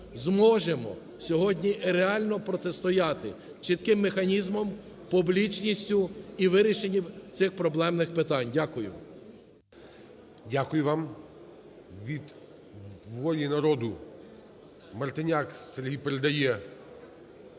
зможемо сьогодні реально протистояти чітким механізмам, публічністю і вирішенням цих проблемних питань. Дякую. ГОЛОВУЮЧИЙ. Дякую вам. Від "Волі народу"Мартиняк Сергій передає…